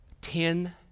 ten